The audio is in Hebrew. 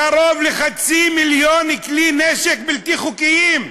קרוב לחצי מיליון כלי נשק בלתי חוקיים.